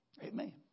Amen